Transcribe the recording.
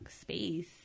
space